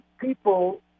people